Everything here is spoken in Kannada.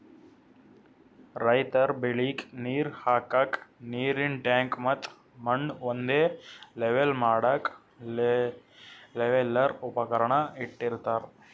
ರೈತರ್ ಬೆಳಿಗ್ ನೀರ್ ಹಾಕ್ಕಕ್ಕ್ ನೀರಿನ್ ಟ್ಯಾಂಕ್ ಮತ್ತ್ ಮಣ್ಣ್ ಒಂದೇ ಲೆವೆಲ್ ಮಾಡಕ್ಕ್ ಲೆವೆಲ್ಲರ್ ಉಪಕರಣ ಇಟ್ಟಿರತಾರ್